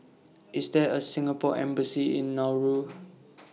IS There A Singapore Embassy in Nauru